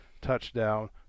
touchdown